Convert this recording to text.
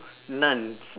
nouns